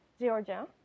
Georgia